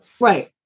Right